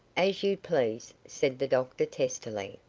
as you please said the doctor testily.